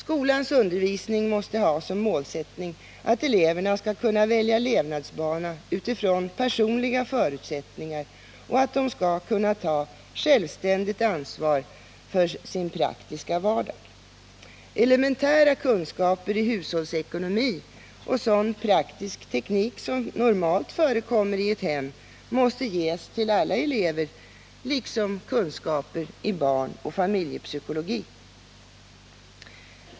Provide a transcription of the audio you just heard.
Skolans undervisning måste ha som målsättning att eleverna skall kunna välja levnadsbana utifrån personliga förutsättningar och att de skall kunna ta självständigt ansvar för sin praktiska vardag. Elementära kunskaper i hushållsekonomi och sådan praktisk teknik som normalt förekommer i ett hem måste ges till alla elever, liksom kunskaper i barnoch familjepsykologi.